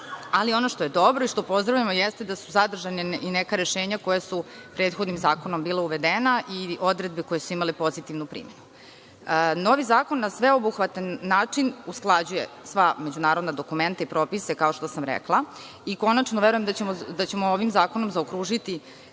ali ono što je dobro i što pozdravljamo jeste da su zadržana i neka rešenja koja su prethodnim zakonom bila uvedena i odredbe koje su imale pozitivnu primenu. Novi zakon na sveobuhvatan način usklađuje sva međunarodna dokumenta i propise, kao što sam rekla, i konačno verujem da ćemo ovim zakonom zaokružiti